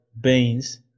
beans